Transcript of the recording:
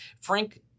Frank